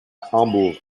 hambourg